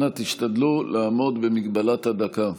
אנא, השתדלו לעמוד במגבלת הדקה.